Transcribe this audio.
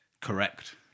Correct